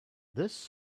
this